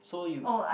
so you